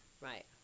Right